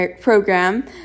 Program